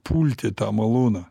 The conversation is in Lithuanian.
pulti tą malūną